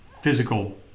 physical